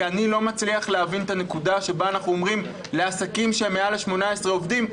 כי אני לא מצליח להבין איך אנחנו אומרים לעסקים שהם מעל ל-18 עובדים,